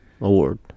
Award